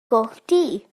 gochddu